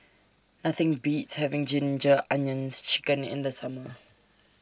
Nothing Beats having Ginger Onions Chicken in The Summer